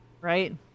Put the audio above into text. Right